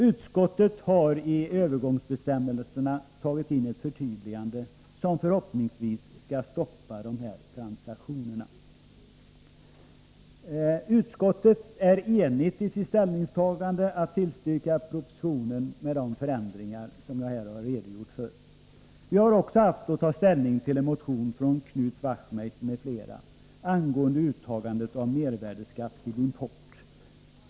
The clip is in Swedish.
Utskottet har i övergångsbestämmelserna tagit in ett förtydligande, som förhoppningsvis skall stoppa de här transaktionerna. Utskottet är enigt i sitt ställningstagande att tillstyrka propositionen med de förändringar som jag här har redogjort för. Vi har också haft att ta ställning till en motion från Knut Wachtmeister m.fl. angående uttagande av mervärdeskatt vid import.